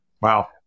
Wow